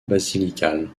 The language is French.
basilical